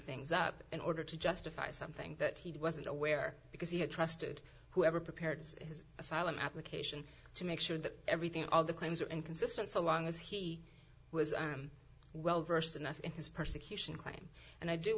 things up in order to justify something that he did wasn't aware because he had trusted whoever prepared his asylum application to make sure that everything all the claims were inconsistent so long as he was well versed enough in his persecution claim and i do